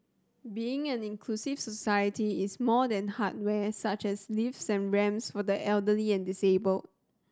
being an inclusive society is more than hardware such as lifts and ramps for the elderly and disabled